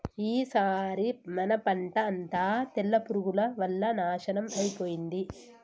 ఈసారి మన పంట అంతా తెల్ల పురుగుల వల్ల నాశనం అయిపోయింది